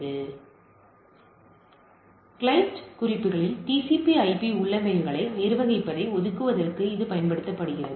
இப்போது கிளையன்ட் குறிப்புகளின் TCP IP உள்ளமைவுகளை நிர்வகிப்பதை ஒதுக்குவதற்கு இது பயன்படுத்தப்படுகிறது